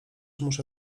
muszę